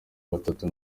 batatu